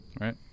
right